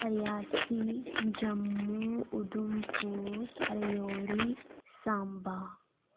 Reasi Jammu Udhampur Rajouri Samba